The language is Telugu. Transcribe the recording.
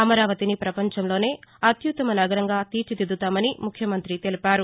అమరావతిని పపంచంలోనే అత్యుత్తమ నగరంగా తీర్చిదిద్దుతామని ముఖ్యమంత్రి తెలిపారు